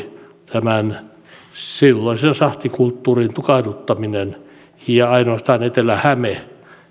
tämän silloisen sahtikulttuurin tukahduttaminen ja ainoastaan etelä häme